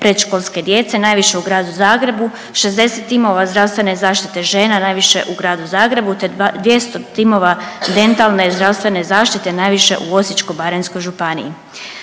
predškolske djece, najviše u Gradu Zagrebu, 60 timova zdravstvene zaštite žena, najviše u Gradu Zagrebu te 200 timova dentalne zdravstvene zaštite, najviše u Osječko-baranjskoj županiji.